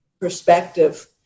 Perspective